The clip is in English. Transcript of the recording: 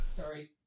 Sorry